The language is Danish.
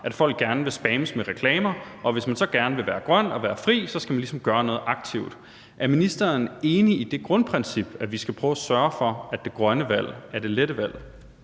at folk gerne vil spammes med reklamer, og hvis man så gerne vil være grøn og være fri for dem, skal man ligesom gøre noget aktivt. Er ministeren enig i det grundprincip, at vi skal prøve at sørge for, at det grønne valg er det lette valg?